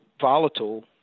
volatile